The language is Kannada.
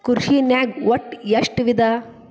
ಕೃಷಿನಾಗ್ ಒಟ್ಟ ಎಷ್ಟ ವಿಧ?